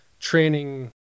training